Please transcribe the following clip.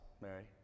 Mary